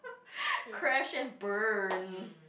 crash and burn